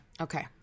Okay